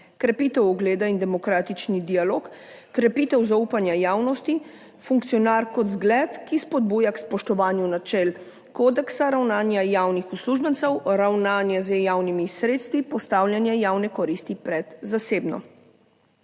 krepitev ugleda in demokratični dialog, krepitev zaupanja javnosti, funkcionar kot zgled, ki spodbuja k spoštovanju načel kodeksa ravnanja javnih uslužbencev, ravnanje z javnimi sredstvi, postavljanje javne koristi pred zasebno.